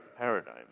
paradigm